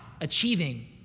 achieving